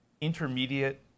intermediate